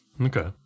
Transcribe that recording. Okay